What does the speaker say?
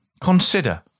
Consider